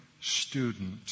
student